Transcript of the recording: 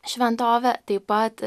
šventovę taip pat